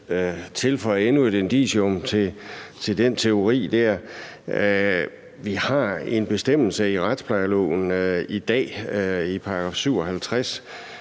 godt tilføje endnu et indicium til den teori. Vi har en bestemmelse i retsplejeloven i dag i § 57,